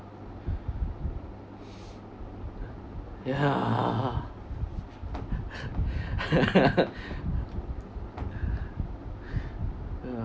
ya ya